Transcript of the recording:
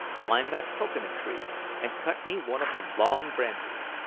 climb that cocoa-nut tree and cut me one of the long branches.